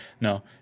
No